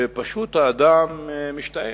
ופשוט האדם משתאה,